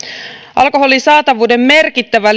alkoholin saatavuuden merkittävä